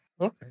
Okay